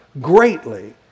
greatly